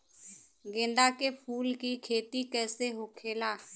गेंदा के फूल की खेती कैसे होखेला?